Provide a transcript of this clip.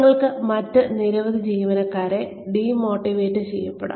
നിങ്ങൾക്ക് മറ്റ് നിരവധി ജീവനക്കാരെ ഡി മോട്ടിവേറ്റ് ചെയ്യപ്പെടാം